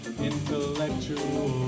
intellectual